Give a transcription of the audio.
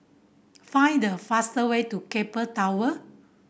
find the fastest way to Keppel Tower